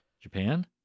Japan